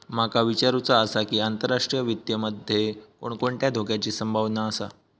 माका विचारुचा आसा की, आंतरराष्ट्रीय वित्त मध्ये कोणकोणत्या धोक्याची संभावना आसा?